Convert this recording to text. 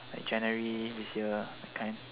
like january this year that kind